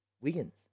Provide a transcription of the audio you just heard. Wiggins